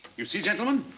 you see, gentlemen.